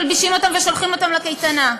מלבישים אותם ושולחים אותם לקייטנה.